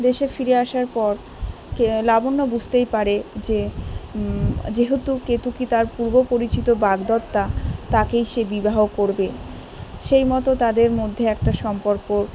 দেশে ফিরে আসার পর কে লাবণ্য বুঝতেই পারে যে যেহেতু কেতকি তার পূর্ব পরিচিত বাগদত্তা তাকেই সে বিবাহ করবে সেই মতো তাদের মধ্যে একটা সম্পর্ক